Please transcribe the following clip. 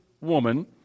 woman